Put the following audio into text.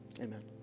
Amen